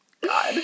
God